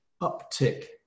uptick